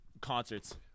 Concerts